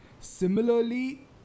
Similarly